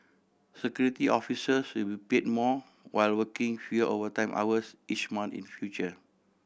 Security Officers will be paid more while working fewer overtime hours each month in future